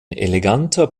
eleganter